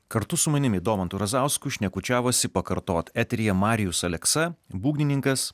kartu su manimi domantu razausku šnekučiavosi pakartot eteryje marijus aleksa būgnininkas